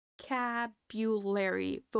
Vocabulary